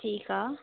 ठीकु आहे